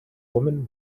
woman